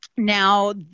Now